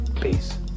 Peace